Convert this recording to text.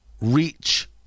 reach